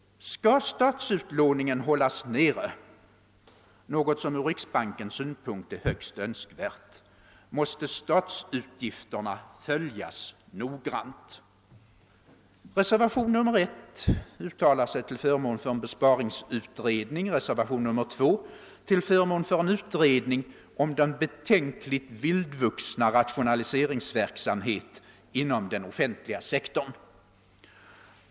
Skall statsupplåningen hållas nere — något som ur riksbankens synpunkt är högst önskvärt — måste statsutgifterna följas noggrant. Reservationen 1 uttalar sig till förmån för en besparingsutredning, reservationen 2 till för mån för en utredning om den nu betänkligt vildvuxna rationaliseringsverksamheten inom den offentliga sektorn.